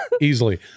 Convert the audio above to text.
easily